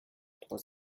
trois